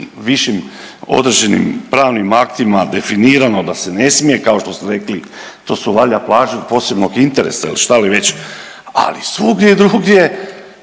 višim određenim pravnim aktima definirano da se ne smije. Kao šte ste rekli to su valjda plaže od posebnog interesa ili šta li već, ali svugdje drugdje